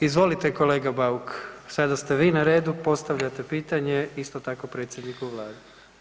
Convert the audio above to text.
Izvolite kolege Bauk, sada ste vi na redu, postavljate pitanje isto tako predsjedniku Vlade.